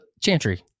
Chantry